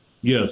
Yes